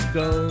go